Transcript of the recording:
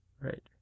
Right